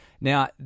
Now